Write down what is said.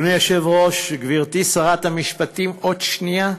אדוני היושב-ראש, גברתי שרת המשפטים, עוד שנייה,